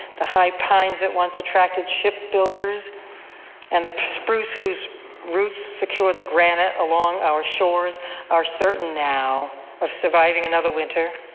the high pines that once attracted shipbuilders and the spruce whose roots secure the granite along our shores are certain now of surviving another winter,